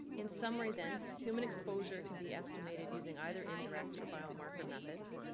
in summary, then, human exposure can be estimated using either indirect or biomarker methods.